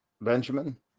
Benjamin